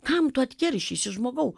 kam tu atkeršysi žmogau